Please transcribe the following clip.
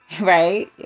Right